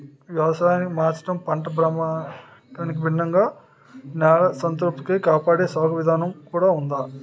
వ్యవసాయాన్ని మార్చడం, పంట భ్రమణానికి భిన్నంగా నేల సంతానోత్పత్తి కాపాడే సాగు విధానం కూడా ఉంది